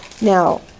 now